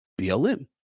BLM